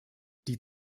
die